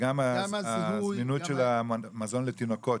וגם הזמינות של המזון לתינוקות,